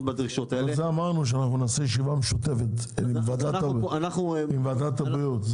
בדרישות האלה --- על זה אמרנו שנעשה ישיבה משותפת עם ועדת הבריאות.